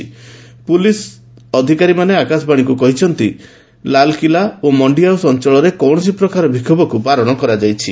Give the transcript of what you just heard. ଦିଲ୍ଲୀ ପୁଲିସର ଅଧିକାରୀମାନେ ଆକାଶବାଣୀକୁ କହିଛନ୍ତି ଲାଲକିଲ୍ଲା ଓ ମଣ୍ଡି ହାଉସ୍ ଅଞ୍ଚଳରେ କୌଣସି ପ୍ରକାର ବିକ୍ଷୋଭକ୍ତ ବାରଣ କରାଯାଇଛି